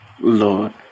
Lord